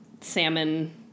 salmon